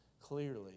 clearly